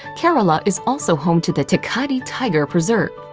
kerala is also home to the thekkady tiger preserve.